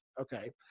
Okay